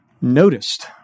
noticed